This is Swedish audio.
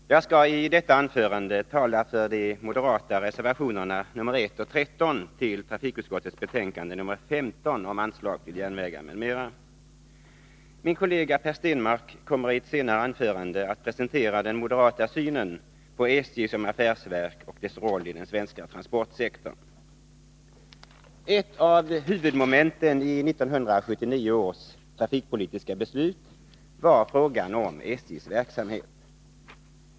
Fru talman! Jag skall i detta anförande tala för de moderata reservationerna 1 och 13 till trafikutskottets betänkande nr 15 om anslag till järnvägar m.m. Min kollega Per Stenmarck kommer i ett senare anförande att presentera den moderata synen på SJ som affärsverk och dess roll i den svenska transportsektorn. Ett av huvudmomenten i 1979 års trafikpolitiska beslut var frågan om SJ:s verksamhet.